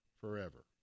forever